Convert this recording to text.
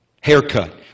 haircut